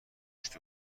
پشت